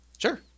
Sure